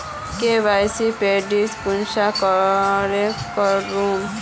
KYC update कुंसम करे करूम?